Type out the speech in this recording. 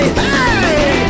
hey